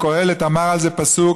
וקהלת אמר על זה פסוק: